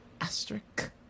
asterisk